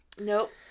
Nope